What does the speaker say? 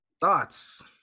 thoughts